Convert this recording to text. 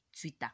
Twitter